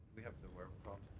we have the wherewithal